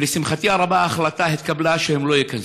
ולשמחתי הרבה ההחלטה התקבלה, שהם לא ייכנסו.